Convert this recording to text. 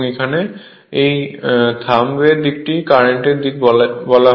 এখানে এই থাম্ব এর দিকটিকে কারেন্টের দিক বলা হয়